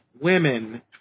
women